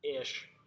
ish